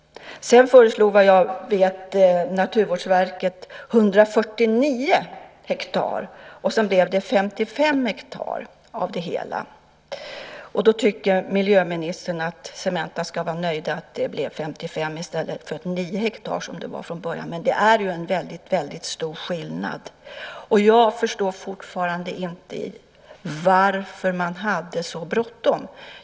Sedan föreslog vad jag vet Naturvårdsverket 149 hektar. Till slut blev det 55 hektar. Då tycker miljöministern att man på Cementa ska vara nöjd med att det blev 55 i stället för 9 hektar, som det var från början. Men det är ju en väldigt stor skillnad. Jag förstår fortfarande inte varför man hade så bråttom.